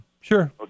Sure